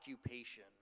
occupation